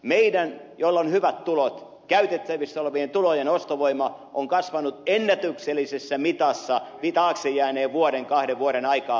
meidän joilla on hyvät tulot käytettävissämme olevien tulojen ostovoima on kasvanut ennätyksellisessä mitassa taakse jääneen vuoden kahden aikaan